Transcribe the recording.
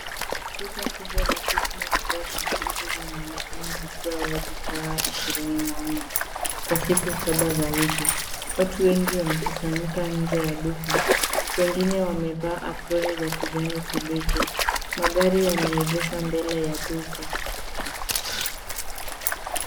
Duka kubwa la Quick Mart Fresh&Easy linaonekana likiwa wazi saa ishirini na nne kwa siku saba kwa wiki. Watu wengi wamekusanyika nje ya duka, wengine wamevaa aproni za kijani kibichi. Magari yameegeshwa mbele ya duka.